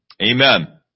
Amen